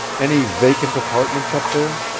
any vacant apartments up there?